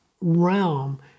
realm